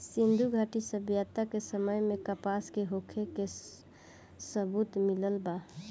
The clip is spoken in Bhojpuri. सिंधुघाटी सभ्यता के समय में कपास के होखे के सबूत मिलल बा